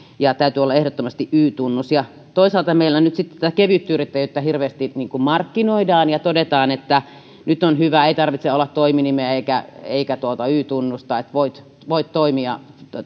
täytyy olla ehdottomasti y tunnus toisaalta meillä nyt sitten tätä kevytyrittäjyyttä hirveästi markkinoidaan ja todetaan että nyt on hyvä ei tarvitse olla toiminimeä eikä y tunnusta että voit voit toimia